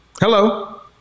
Hello